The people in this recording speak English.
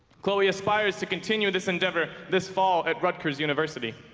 chloe aspires to continue this endeavor this fall at rutgers university